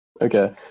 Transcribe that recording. Okay